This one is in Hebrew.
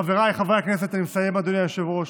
חבריי חברי הכנסת, אני מסיים, אדוני היושב-ראש: